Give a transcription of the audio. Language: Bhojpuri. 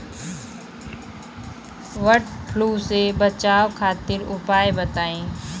वड फ्लू से बचाव खातिर उपाय बताई?